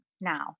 now